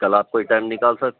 کل آپ کوئی ٹائم نکال سکتے